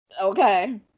okay